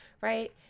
right